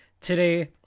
Today